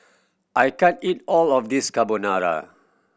I can't eat all of this Carbonara